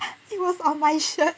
it was on my shirt